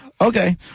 okay